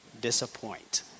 disappoint